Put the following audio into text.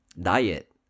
diet